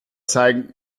zeigen